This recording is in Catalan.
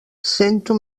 sento